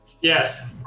Yes